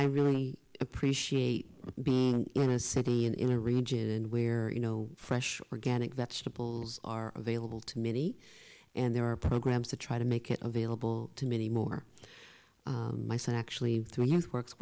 i really appreciate being in a city and in a region where you know fresh organic vegetables are available to many and there are programs to try to make it available to many more my son actually